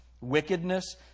wickedness